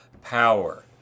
power